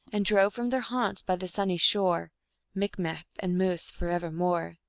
and drove from their haunts by the sunny shore micmac and moose, forevermore.